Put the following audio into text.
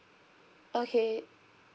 okay